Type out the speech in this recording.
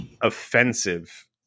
offensive